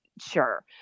sure